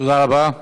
תודה רבה.